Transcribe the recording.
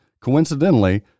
coincidentally